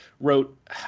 wrote